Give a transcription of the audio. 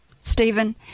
Stephen